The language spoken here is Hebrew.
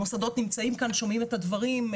המוסדות נמצאים כאן, שומעים את הדברים.